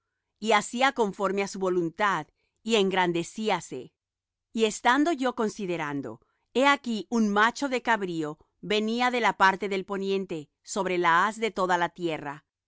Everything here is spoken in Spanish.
y hacía conforme á su voluntad y engrandecíase y estando yo considerando he aquí un macho de cabrío venía de la parte del poniente sobre la haz de toda la tierra